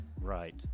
Right